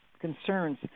concerns